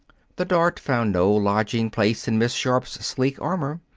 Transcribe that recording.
the dart found no lodging place in miss sharp's sleek armor.